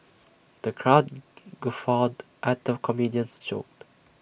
the crowd guffawed at the comedian's jokes